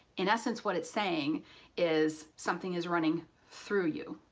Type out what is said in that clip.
in essence what it's saying is something is running through you.